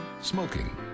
Smoking